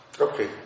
Okay